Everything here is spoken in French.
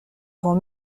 grand